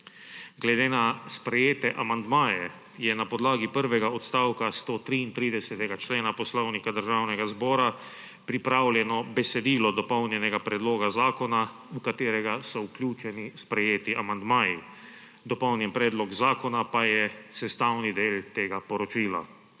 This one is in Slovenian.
Glede na sprejete amandmaje je na podlagi prvega odstavka 133. člena Poslovnika Državnega zbora pripravljeno besedilo dopolnjenega predloga zakona, v katerega so vključeni sprejeti amandmaji. Dopolnjen predlog zakona pa je sestavni del tega poročila.